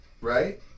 right